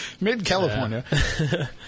Mid-California